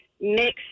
mixed